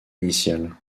initiale